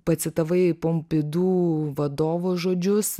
pacitavai pompidu vadovo žodžius